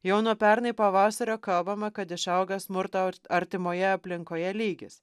jau nuo pernai pavasario kalbama kad išaugęs smurto artimoje aplinkoje lygis